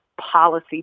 policy